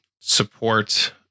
support